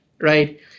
right